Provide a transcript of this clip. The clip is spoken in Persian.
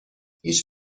هیچ